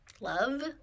Love